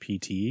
pt